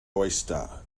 oyster